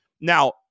Now